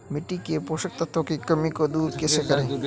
मिट्टी के पोषक तत्वों की कमी को कैसे दूर करें?